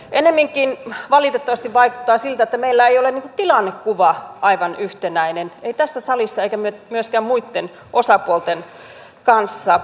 ennemminkin valitettavasti vaikuttaa siltä että meillä ei ole tilannekuva aivan yhtenäinen ei tässä salissa eikä myöskään muitten osapuolten kanssa